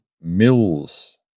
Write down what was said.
Mills